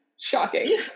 shocking